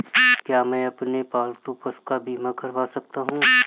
क्या मैं अपने पालतू पशुओं का बीमा करवा सकता हूं?